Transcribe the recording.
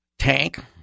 tank